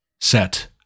set